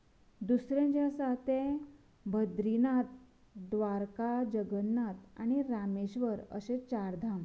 दुसरें जे आसा तें भद्रीनाथ द्वारका जगन्नाथ आनी रामेश्वर अशें चार धाम